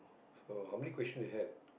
so how many question you had